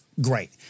great